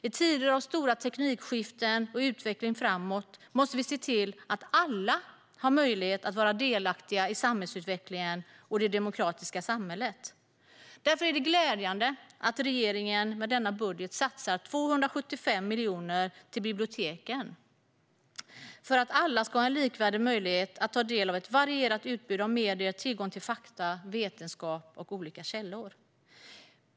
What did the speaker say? I tider av stora teknikskiften och utveckling framåt måste vi se till att alla har möjlighet att vara delaktiga i samhällsutvecklingen och det demokratiska samhället. Därför är det glädjande att regeringen med denna budget satsar 275 miljoner på biblioteken för att alla ska ha en likvärdig möjlighet att ta del av ett varierat utbud av medier och ha tillgång till fakta, vetenskap och olika källor.